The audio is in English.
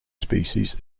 species